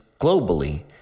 globally